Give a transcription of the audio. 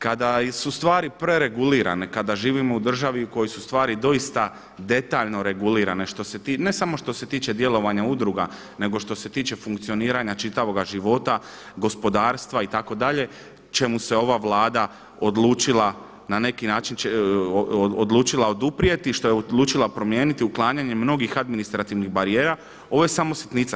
Kada su stvari preregulirane, kada živimo u državi u kojoj su stvari doista detaljno regulirane, ne samo što se tiče djelovanja udruga nego što se tiče funkcioniranja čitavoga života, gospodarstva itd. čemu se ova Vlada odlučila na neki način odlučila oduprijeti što je odlučila promijeniti uklanjanjem mnogih administrativnih barijera, ovo je samo sitnica.